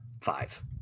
five